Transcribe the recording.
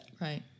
Right